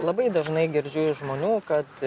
labai dažnai girdžiu iš žmonių kad